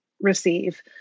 receive